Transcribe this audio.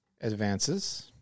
advances